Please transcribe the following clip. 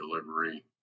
delivery